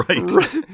Right